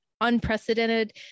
unprecedented